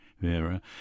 Vera